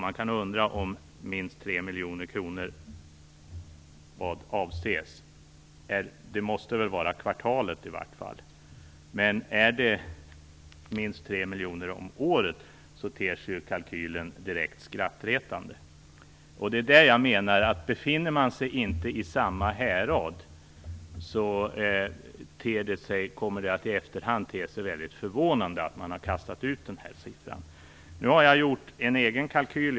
Man kan undra vad som avses med minst 3 miljoner kronor. Det måste väl i alla fall vara per kvartal. Är det minst 3 miljoner om året ter sig kalkylen direkt skrattretande. Befinner man sig inte i samma härad kommer det i efterhand att te sig mycket förvånande att man har kastat ut den här siffran. Nu har jag gjort en egen kalkyl.